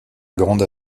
grande